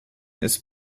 ist